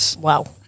Wow